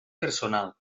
personal